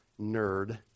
nerd